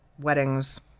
Weddings